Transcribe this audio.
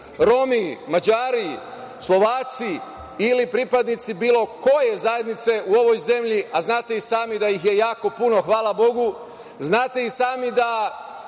Romi, Mađari, Slovaci ili pripadnici bilo koje zajednice u ovoj zemlji, a znate i sami da ih je jako puno, hvala bogu. Znate i sami da